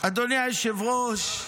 אדוני היושב-ראש,